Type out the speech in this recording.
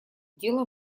дело